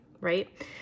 right